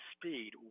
speed